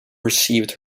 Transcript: received